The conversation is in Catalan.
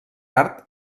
art